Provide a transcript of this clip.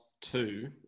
two